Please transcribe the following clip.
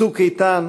"צוק איתן",